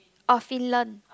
orh Finland